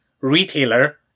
retailer